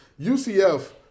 UCF